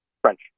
French